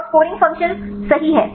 और scoring function सही है